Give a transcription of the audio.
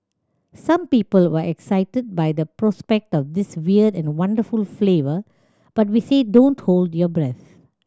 some people were excited by the prospect of this weird and wonderful flavour but we say don't hold your breath